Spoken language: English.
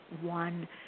one